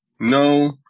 no